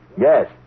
Yes